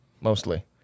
mostly